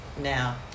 now